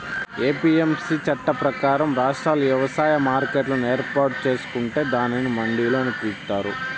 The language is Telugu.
ఎ.పి.ఎమ్.సి చట్టం ప్రకారం, రాష్ట్రాలు వ్యవసాయ మార్కెట్లను ఏర్పాటు చేసుకొంటే దానిని మండిలు అని పిలుత్తారు